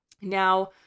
Now